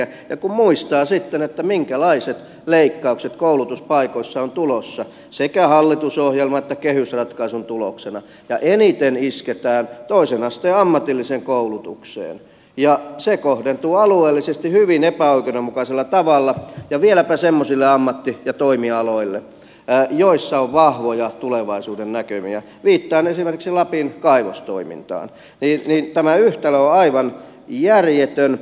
kun muistaa sitten minkälaiset leikkaukset koulutuspaikoissa on tulossa sekä hallitusohjelman että kehysratkaisun tuloksena ja eniten isketään toisen asteen ammatilliseen koulutukseen ja se kohdentuu alueellisesti hyvin epäoikeudenmukaisella tavalla ja vieläpä semmoisille ammatti ja toimialoille joissa on vahvoja tulevaisuudennäkymiä viittaan esimerkiksi lapin kaivostoimintaan niin tämä yhtälö on aivan järjetön